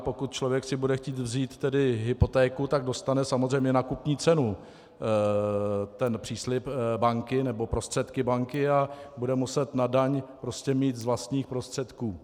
Pokud si člověk bude chtít vzít hypotéku, tak dostane samozřejmě na kupní cenu ten příslib banky nebo prostředky banky a bude muset na daň mít z vlastních prostředků.